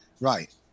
Right